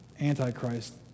Antichrist